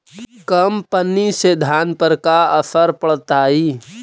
कम पनी से धान पर का असर पड़तायी?